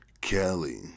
Kelly